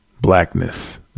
Blackness